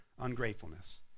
ungratefulness